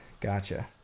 Gotcha